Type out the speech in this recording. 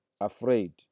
Afraid